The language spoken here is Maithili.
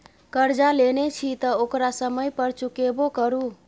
करजा लेने छी तँ ओकरा समय पर चुकेबो करु